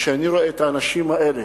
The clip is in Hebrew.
כשאני רואה את האנשים האלה